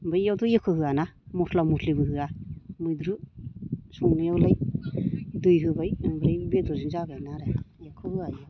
बैयावथ' एख' होआना म'स्ला म'स्लिबो होआ मैद्रु संनायावलाय दै होबाय ओमफ्राय बेद'रजों जाबाय ना आरो एख' होआ बेयाव